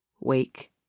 Wake